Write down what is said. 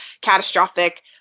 catastrophic